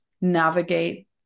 navigate